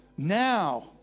Now